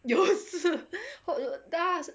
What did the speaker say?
有事 hope it does